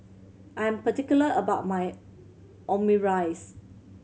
I'm particular about my Omurice